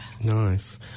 nice